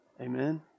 Amen